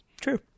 True